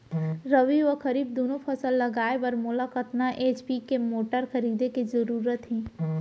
रबि व खरीफ दुनो फसल लगाए बर मोला कतना एच.पी के मोटर खरीदे के जरूरत हे?